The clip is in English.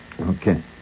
Okay